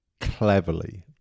cleverly